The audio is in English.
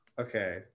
okay